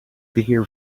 their